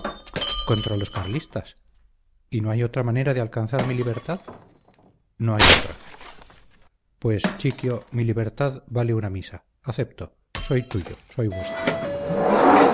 contra los carlistas y no hay otra manera de alcanzar mi libertad no hay otra pues chiquio mi libertad vale una misa acepto soy tuyo soy vuestro